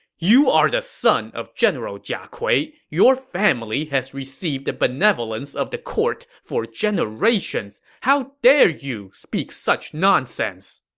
you are the son of general jia kui. your family has received the benevolence of the court for generations. how dare you speak such nonsense!